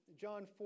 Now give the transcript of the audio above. John